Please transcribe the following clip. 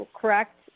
correct